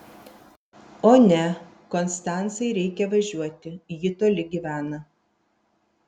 o ne konstancai reikia važiuoti ji toli gyvena